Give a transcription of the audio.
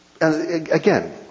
again